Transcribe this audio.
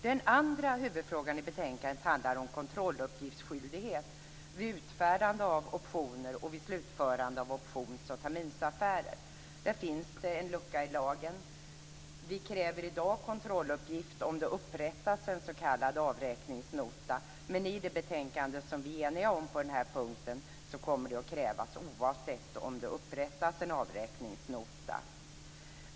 Den andra huvudfrågan i betänkandet handlar om kontrolluppgiftsskyldighet vid utfärdande av optioner och vid slutförande av options och terminsaffärer. Där finns det en lucka i lagen. Vi kräver i dag kontrolluppgift om det upprättas en s.k. avräkningsnota. Men i betänkandet, där vi är eniga på den här punkten, kommer det att krävas, oavsett om det upprättas en avräkningsnota.